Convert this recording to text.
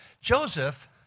Joseph